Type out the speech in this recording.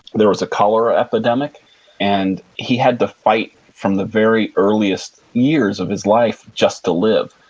there was a cholera epidemic and he had to fight from the very earliest years of his life just to live.